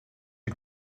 een